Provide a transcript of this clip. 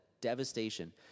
devastation